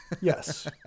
Yes